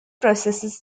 processes